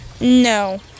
No